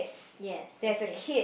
yes okay